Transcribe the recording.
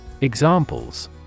Examples